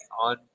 on